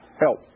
help